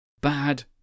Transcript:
bad